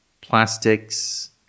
plastics